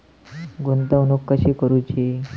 गुंतवणूक कशी करूची?